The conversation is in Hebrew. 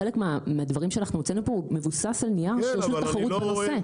חלק מהדברים שאנחנו הוצאנו פה מבוסס על נייר של רשות התחרות בנושא.